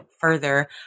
further